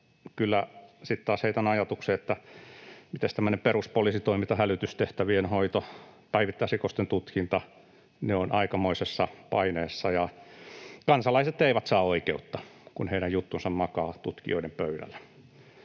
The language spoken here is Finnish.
että mitenkäs tämmöinen peruspoliisitoiminta, hälytystehtävien hoito, päivittäisrikosten tutkinta — ne ovat aikamoisessa paineessa. Kansalaiset eivät saa oikeutta, kun heidän juttunsa makaa tutkijoiden pöydällä.